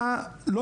בדיוק לכך חיכיתי.